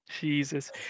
Jesus